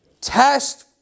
Test